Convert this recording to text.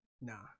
Nah